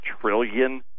trillion